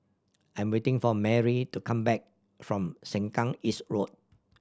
I am waiting for Merrie to come back from Sengkang East Road